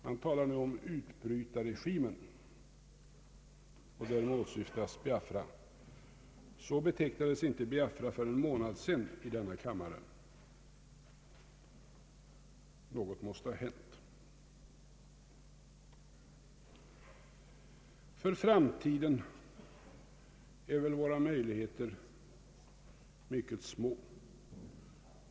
Man talar om utbrytarregimen, och därmed åsyftas Biafra. Så betecknades inte Biafra för en månad sedan i denna kammare. Något måste ha hänt. För framtiden är väl våra möjligheter mycket små.